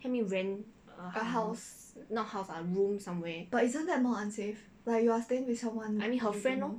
a house but isn't that more unsafe like you are staying with someone you don't know